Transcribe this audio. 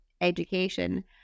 education